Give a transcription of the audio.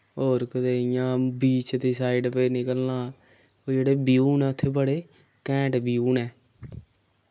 और कुतै इ'यां बीच दे साइड पे निकलना ओह् जेह्ड़े व्टू न उत्थे बड़े कैंड व्यू न